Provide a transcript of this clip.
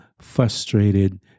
frustrated